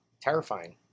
terrifying